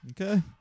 Okay